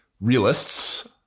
realists